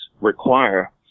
require